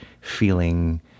feeling